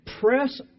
press